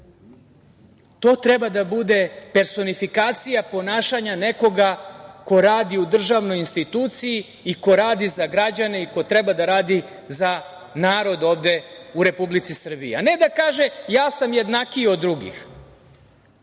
To treba da bude personifikacija ponašanja nekoga ko radi u državnoj instituciji, ko radi za građane i ko treba da radi za narod u Republici Srbiji, a ne da kaže ja sam jednakiji od drugih